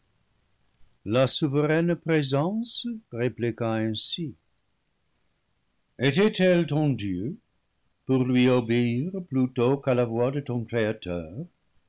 la souveraine présence répliqua ainsi était-elle ton dieu pour lui obéir plutôt qu'à la voix de ton créateur